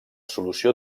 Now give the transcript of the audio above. solució